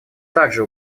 также